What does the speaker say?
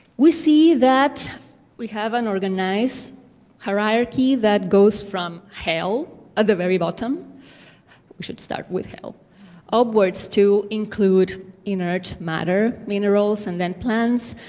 we see that we have an organized hierarchy that goes from hell at the very bottom but we should start with hell upwards to include inert matter, minerals, and then plants,